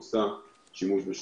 היא אכן עושה בהם שימוש.